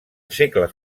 segles